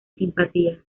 simpatía